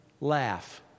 laugh